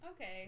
Okay